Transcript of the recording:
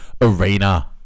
Arena